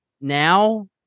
now